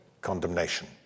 condemnation